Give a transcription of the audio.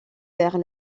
vers